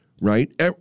right